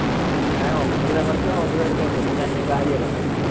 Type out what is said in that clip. ନାହିଁ ନାହିଁ ଖର୍ଚ୍ଚ ଅଣ୍ଡରଗ୍ରାଉଣ୍ଡ୍ କାହିଁକି କରିବା ନା ନାଇଁ ବାହାରେ କରିଦେବା